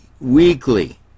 weekly